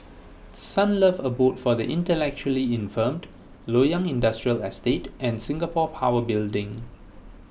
Sunlove Abode for the Intellectually Infirmed Loyang Industrial Estate and Singapore Power Building